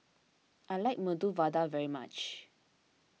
I like Medu Vada very much